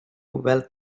wealth